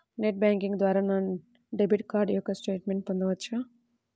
Net banking ద్వారా నా debit card యొక్క స్టేట్మెంట్ పొందవచ్చా?